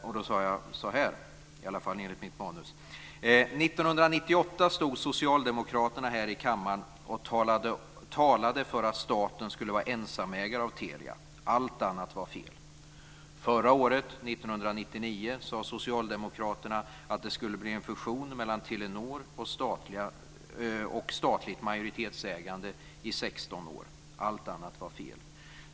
Då sade jag bl.a. så här, i alla fall enligt mitt manus: "1998 stod socialdemokraterna här i kammaren och talade för att staten skulle vara ensamägare till Telia. Allt annat var fel. Förra året, 1999, sa socialdemokraterna att det skulle bli en fusion med Telenor och statligt majoritetsägande i 16 år. Allt annat var fel.